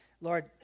Lord